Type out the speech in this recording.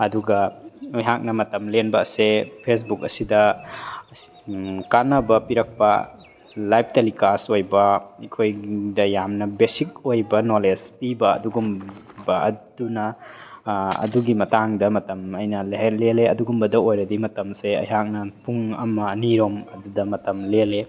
ꯑꯗꯨꯒ ꯑꯩꯍꯥꯛꯅ ꯃꯇꯝ ꯂꯦꯟꯕ ꯑꯁꯦ ꯐꯦꯁ ꯕꯨꯛ ꯑꯁꯤꯗ ꯀꯥꯟꯅꯕ ꯄꯤꯔꯛꯄ ꯂꯥꯏꯐ ꯇꯦꯂꯤꯀꯥꯁ ꯑꯣꯏꯕ ꯑꯩꯈꯣꯏꯗ ꯌꯥꯝꯅ ꯕꯦꯁꯤꯛ ꯑꯣꯏꯕ ꯅꯣꯂꯦꯖ ꯄꯤꯕ ꯑꯗꯨꯒꯨꯝꯕ ꯑꯗꯨꯅ ꯑꯗꯨꯒꯤ ꯃꯇꯥꯡꯗ ꯃꯇꯝ ꯑꯩꯅ ꯂꯦꯜꯂꯦ ꯑꯗꯨꯒꯨꯝꯕꯗ ꯑꯣꯏꯔꯗꯤ ꯃꯇꯝꯁꯦ ꯑꯩꯍꯥꯛꯅ ꯄꯨꯡ ꯑꯃ ꯑꯅꯤꯔꯣꯝ ꯑꯗꯨꯗ ꯃꯇꯝ ꯂꯦꯜꯂꯦ